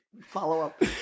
follow-up